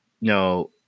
no